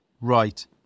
right